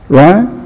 right